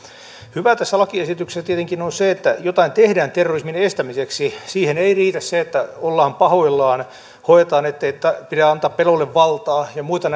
hyvää tässä lakiesityksessä tietenkin on se että jotain tehdään terrorismin estämiseksi siihen ei riitä se että ollaan pahoillaan hoetaan ettei pidä antaa pelolle valtaa ja muita